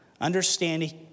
understanding